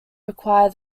require